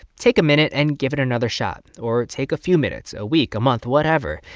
take a minute and give it another shot. or take a few minutes, a week, a month, whatever.